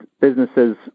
businesses